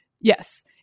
Yes